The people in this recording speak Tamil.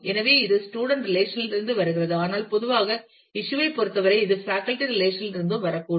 எனவே இது ஸ்டூடண்ட் ரெலேஷன் லிருந்து வருகிறது ஆனால் பொதுவாக இஸ்யூ ஐ பொறுத்தவரை இது பேக்கல்டி ரெலேஷன் லிருந்தும் வரக்கூடும்